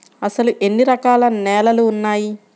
అసలు ఎన్ని రకాల నేలలు వున్నాయి?